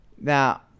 now